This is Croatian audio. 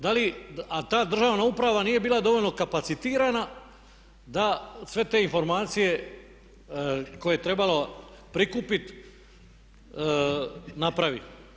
Da li, a ta državna uprava nije bila dovoljno kapacitirana da sve te informacije koje trebala prikupiti napravi.